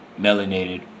melanated